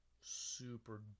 super